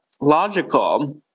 logical